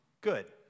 good